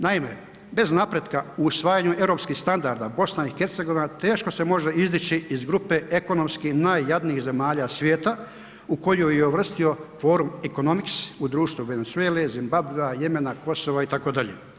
Naime, bez napretka u usvajanju europskih standarda BiH teško se može izdići iz grupe ekonomski najjadnijih zemalja svijeta u koju ju je uvrstio forum Economics u društvu Venezuele, Zimbabvea, Jemena, Kosova itd.